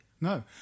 No